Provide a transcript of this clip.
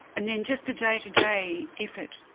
and then just the day to day effort,